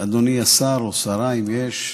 אדוני השר, או השרה, אם יש,